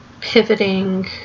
pivoting